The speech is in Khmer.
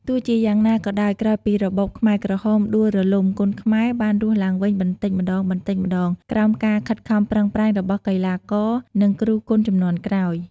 ទោះជាយ៉ាងណាក៏ដោយ ក្រោយពីរបបខ្មែរក្រហមដួលរលំ គុនខ្មែរបានរស់ឡើងវិញបន្តិចម្ដងៗ ក្រោមការខិតខំប្រឹងប្រែងរបស់កីឡាករ និងគ្រូគុនជំនាន់ក្រោយ។